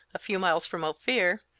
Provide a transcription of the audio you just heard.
a few miles from ophir,